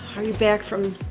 are you back from.